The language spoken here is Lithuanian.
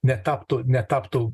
netaptų netaptų